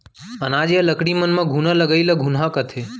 अनाज या लकड़ी मन म घुना लगई ल घुनहा कथें